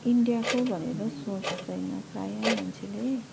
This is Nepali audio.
इन्डियाको भनेर सोच्दैन प्रायः मान्छेले